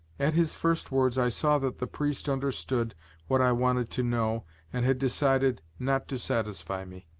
at his first words, i saw that the priest understood what i wanted to know and had decided not to satisfy me.